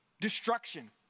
destruction